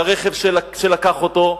ברכב שלקח אותו,